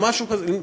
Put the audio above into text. או משהו כזה.